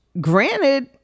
granted